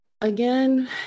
Again